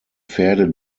pferde